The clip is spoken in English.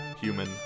human